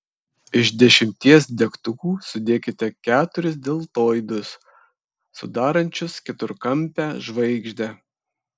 iš dešimties degtukų sudėkite keturis deltoidus sudarančius keturkampę žvaigždę